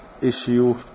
issue